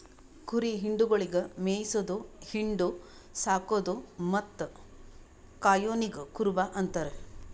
ಕುರಿ ಹಿಂಡುಗೊಳಿಗ್ ಮೇಯಿಸದು, ಹಿಂಡು, ಸಾಕದು ಮತ್ತ್ ಕಾಯೋನಿಗ್ ಕುರುಬ ಅಂತಾರ